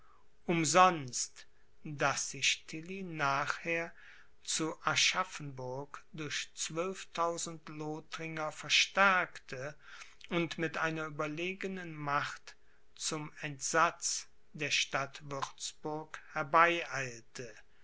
umsonst daß sich tilly nachher zu aschaffenburg durch zwölftausend lothringer verstärkte und mit einer überlegenen macht zum entsatz der stadt